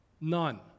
None